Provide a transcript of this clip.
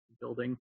building